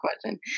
question